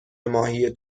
ماهی